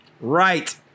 right